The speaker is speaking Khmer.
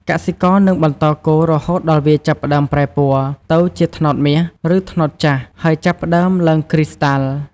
កសិករនឹងបន្តកូររហូតដល់វាចាប់ផ្តើមប្រែពណ៌ទៅជាត្នោតមាស ឬត្នោតចាស់ ហើយចាប់ផ្តើមឡើងគ្រីស្តាល់។